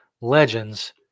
legends